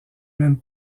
même